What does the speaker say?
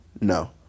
no